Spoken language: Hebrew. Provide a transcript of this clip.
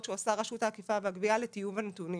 שעושה רשות האכיפה והגבייה לטיוב הנתונים.